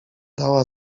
dała